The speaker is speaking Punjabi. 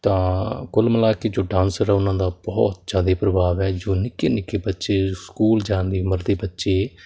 ਤਾਂ ਕੁੱਲ ਮਿਲਾ ਕੇ ਜੋ ਡਾਂਸਰ ਹੈ ਉਹਨਾਂ ਦਾ ਬਹੁਤ ਜ਼ਿਆਦਾ ਪ੍ਰਭਾਵ ਹੈ ਜੋ ਨਿੱਕੇ ਨਿੱਕੇ ਬੱਚੇ ਸਕੂਲ ਜਾਣ ਦੀ ਉਮਰ ਦੇ ਬੱਚੇ